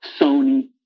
Sony